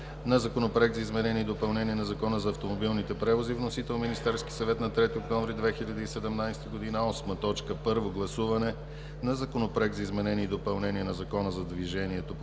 на Законопроекта за изменение и допълнение на Закона за автомобилните превози. Вносител: Министерският съвет на 3 октомври 2017 г. 8. Първо гласуване на Законопроекта за изменение и допълнение на Закона за движението